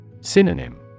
Synonym